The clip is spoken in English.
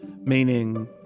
meaning